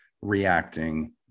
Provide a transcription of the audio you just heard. reacting